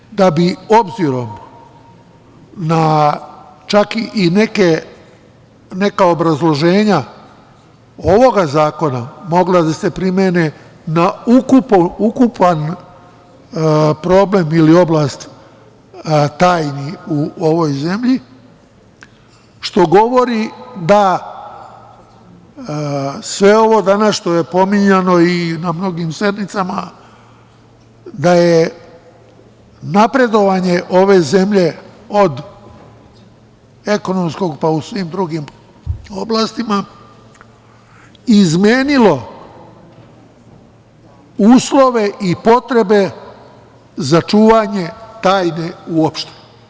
Mislim da bi, s obzirom na čak i neka obrazloženja ovog zakona, mogla da se primene na ukupan problem ili oblast tajni u ovoj zemlji, što govori da sve ovo danas što je pominjano i na mnogim sednicama, da je napredovanje ove zemlje, od ekonomskog pa i u svim drugim oblastima, izmenilo uslove i potrebe za čuvanje tajne uopšte.